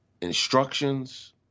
instructions